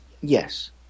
Yes